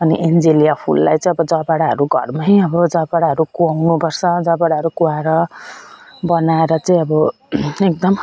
अनि एन्जेलिया फुललाई चाहिँ अब जबडाहरू घरमै अब जबडाहरू कुहाउनु पर्छ जबडाहरू कुहाएर बनाएर चाहिँ अब एकदम